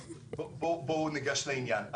טוב, בואו ניגש לעניין.